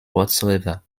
whatsoever